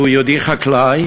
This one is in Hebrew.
והוא יהודי חקלאי.